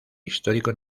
histórico